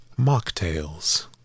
mocktails